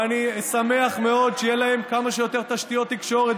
ואני שמח מאוד שיהיו להם כמה שיותר תשתיות תקשורת,